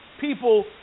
People